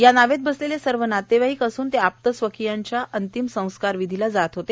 या नावेत बसलेले सर्व नातेवाईक असून ते आप्त व्यक्तीच्या अंतिम संस्कार विधीला जात होते